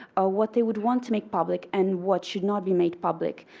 what they would want to make public and what should not be made public,